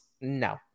no